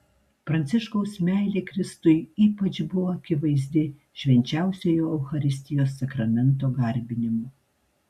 pranciškaus meilė kristui ypač buvo akivaizdi švenčiausiojo eucharistijos sakramento garbinimu